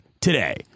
today